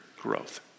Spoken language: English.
growth